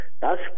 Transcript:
das